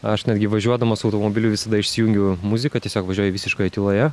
aš netgi važiuodamas automobiliu visada išsijungiu muziką tiesiog važiuoju visiškoje tyloje